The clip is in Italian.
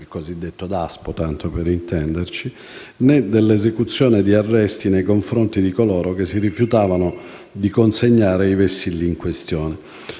il cosiddetto DASPO, né dell'esecuzione di arresti nei confronti di coloro che si rifiutavano di consegnare i vessilli in questione.